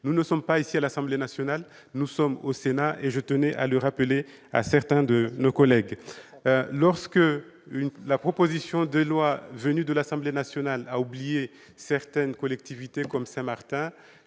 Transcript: Nous ne sommes pas ici à l'Assemblée nationale, nous sommes au Sénat, je tenais à le rappeler à certains de nos collègues. Lorsque la proposition de loi est arrivée de l'Assemblée nationale, elle omettait certaines collectivités, comme Saint-Martin